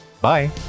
Bye